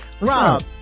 Rob